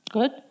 Good